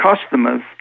customers